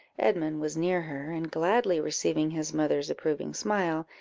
edmund was near her, and gladly receiving his mother's approving smile,